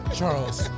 Charles